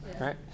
right